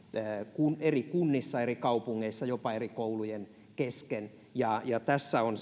eri kunnissa eri kaupungeissa jopa eri koulujen kesken tässä on